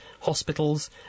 hospitals